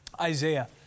Isaiah